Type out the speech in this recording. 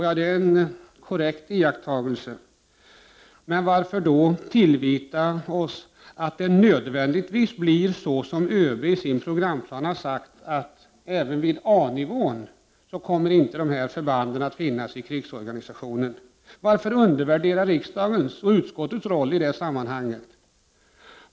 Ja, det var en korrekt iakttagelse. Men varför då tillvita oss att det nödvändigtvis blir så som ÖB i sin programplan har sagt, att även vid A-nivån kommer dessa förband inte att finnas i krigsorganisationen? Varför undervärdera riksdagens och utskottets roll i sammanhanget?